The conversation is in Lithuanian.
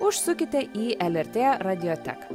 užsukite į lrt radijoteką